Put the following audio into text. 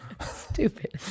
Stupid